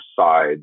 side